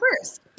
first